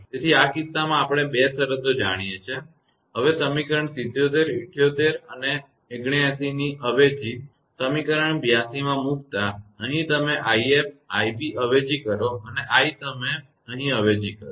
તેથી આ કિસ્સામાં આપણે આ બે શરતો જાણીએ છીએ હવે સમીકરણ 77 78 અને 79 ની અવેજી સમીકરણ 82 માં મૂકતા અહીં તમે 𝑖𝑓 𝑖𝑏 અવેજી કરો અને i તમે અહીં અવેજી કરો